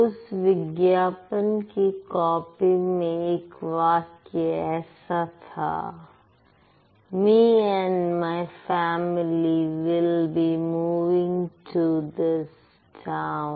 उस विज्ञापन की कॉपी में एक वाक्य ऐसा था me and my family will be moving to this town Me and my family will be moving to this town